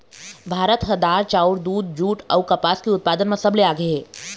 भारत ह दार, चाउर, दूद, जूट अऊ कपास के उत्पादन म सबले आगे हे